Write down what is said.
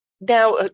now